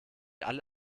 alle